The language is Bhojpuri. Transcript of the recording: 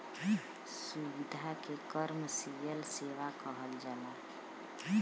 सुविधा के कमर्सिअल सेवा कहल जाला